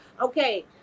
Okay